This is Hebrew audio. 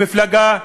למפלגה,